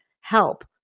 help